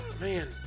Man